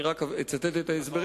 אני רק אצטט את ההסברים.